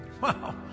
Wow